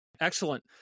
Excellent